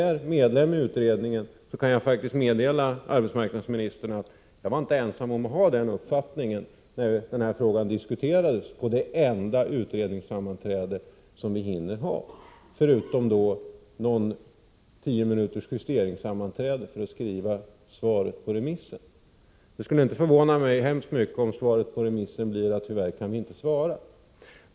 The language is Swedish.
Jag ingår ju i utredningen och kan meddela arbetsmarknadsministern att jag inte var ensam om att ha den uppfattningen, när den här frågan diskuterades på det enda utredningssammanträde som vi hinner ha - förutom något tiominuters justeringssammanträde för att skriva svaret på remissen. Det skulle inte förvåna mig särskilt mycket om svaret på remissen blir: Tyvärr kan vi inte svara.